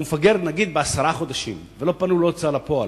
והוא מפגר בעשרה חודשים ולא פנו להוצאה לפועל,